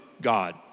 God